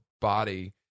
body